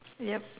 yup